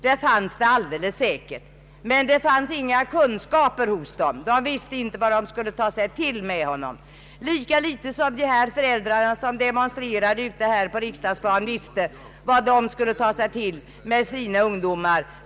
Det fanns det alldeles säkert, men de saknade kunskaper. De visste inte vad de skulle ta sig till med sitt barn — lika litet som de föräldrar som demonstrerade utanför riksdagshuset förra veckan visste hur de skulle kunna hjälpa sina ungdomar.